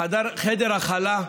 חדר הכלה,